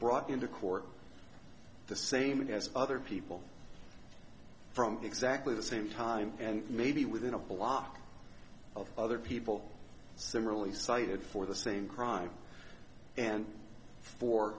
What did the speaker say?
brought into court the same as other people from exactly the same time and maybe within a block of other people similarly cited for the same crime and for